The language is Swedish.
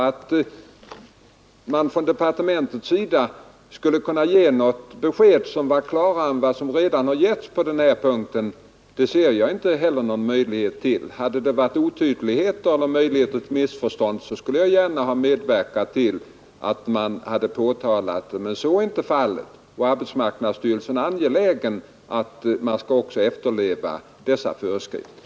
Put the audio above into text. Att departementet skulle kunna ge något besked som var klarare än de som redan har getts på den här punkten tror jag inte heller. Hade det förelegat otydligheter eller möjligheter till missförstånd skulle jag gärna ha medverkat till att detta påtalades, men så är inte fallet. Arbetsmarknadsstyrelsen är också angelägen om att man skall efterleva dessa föreskrifter.